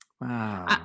Wow